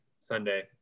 Sunday